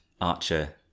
archer